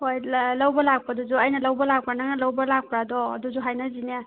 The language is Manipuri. ꯍꯣꯏ ꯂꯧꯕ ꯂꯥꯛꯄꯗꯨꯁꯨ ꯑꯩꯅ ꯂꯧꯕ ꯂꯥꯛꯄ ꯅꯪꯅ ꯂꯧꯕ ꯂꯥꯛꯄ꯭ꯔꯥꯗꯣ ꯑꯗꯨꯁꯨ ꯍꯥꯏꯅꯁꯤꯅꯦ